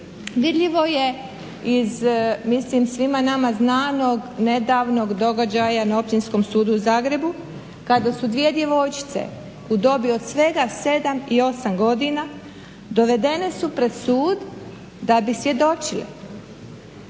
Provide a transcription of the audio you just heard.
dirljivo je iz mislim svima nama znanog nedavnog događaja na Općinskom sudu u Zagrebu kada su dvije djevojčice u dobi od svega 7 i 8 godina dovedene su pred sud da bi svjedočile